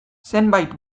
zenbait